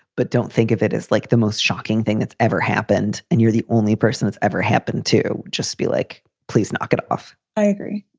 but don't think of it as like the most shocking thing that's ever happened. and you're the only person that's ever happened to just be like, please knock it off i agree.